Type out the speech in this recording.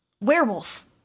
Werewolf